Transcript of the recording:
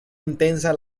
intensa